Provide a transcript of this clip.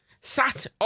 sat